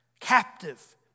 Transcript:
Captive